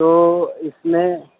تو اس میں